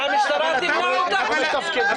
אבל